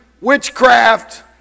witchcraft